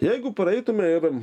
jeigu praeitume ir